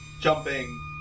jumping